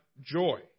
joy